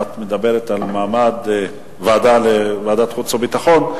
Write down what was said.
ואת מדברת על ועדת חוץ וביטחון,